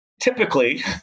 typically